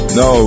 no